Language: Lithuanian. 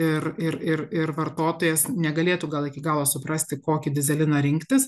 ir ir ir ir vartotojas negalėtų gal iki galo suprasti kokį dyzeliną rinktis